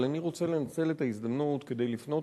אבל אני רוצה לנצל את ההזדמנות כדי לפנות